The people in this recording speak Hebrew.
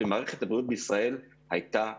ומערכת הבריאות בישראל הייתה קורסת.